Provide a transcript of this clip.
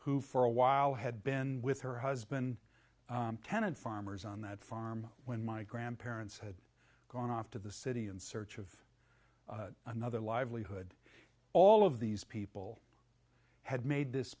who for a while had been with her husband tenant farmers on that farm when my grandparents had gone off to the city in search of another livelihood all of these people had made this